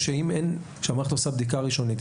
כשהמערכת עושה בדיקה ראשונית,